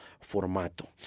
formato